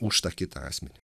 už tą kitą asmenį